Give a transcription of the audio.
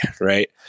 right